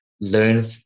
learn